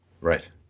right